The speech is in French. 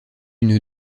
une